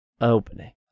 opening